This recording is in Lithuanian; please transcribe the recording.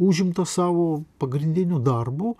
užimtas savo pagrindiniu darbu